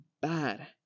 bad